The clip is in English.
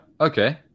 Okay